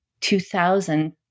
2000